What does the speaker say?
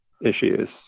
issues